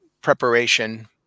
preparation